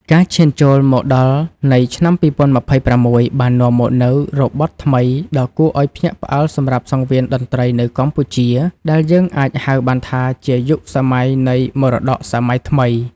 ការឈានចូលមកដល់នៃឆ្នាំ ២០២៦ បាននាំមកនូវរបត់ថ្មីដ៏គួរឱ្យភ្ញាក់ផ្អើលសម្រាប់សង្វៀនតន្ត្រីនៅកម្ពុជា ដែលយើងអាចហៅបានថាជាយុគសម័យនៃ មរតកសម័យថ្មី ។